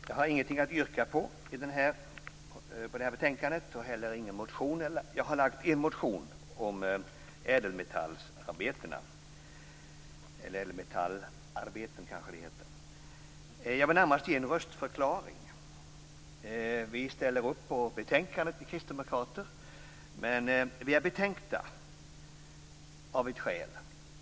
Fru talman! Jag har inget yrkande i anslutning till detta betänkande, men jag har väckt en motion om ädelmetallarbeten. Jag vill närmast avge en röstförklaring. Vi kristdemokrater ställer oss bakom betänkandet, men vi är betänksamma av ett skäl.